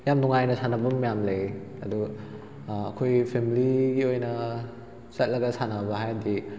ꯌꯥꯝ ꯅꯨꯡꯉꯥꯏꯅ ꯁꯥꯟꯅꯐꯝ ꯃꯌꯥꯝ ꯂꯩ ꯑꯗꯨ ꯑꯩꯈꯣꯏ ꯐꯦꯃꯦꯂꯤꯒꯤ ꯑꯣꯏꯅ ꯆꯠꯂꯒ ꯁꯥꯟꯅꯕ ꯍꯥꯏꯔꯒꯗꯤ